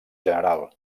general